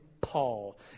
Paul